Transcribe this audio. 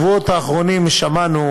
בשבועות האחרונים שמענו: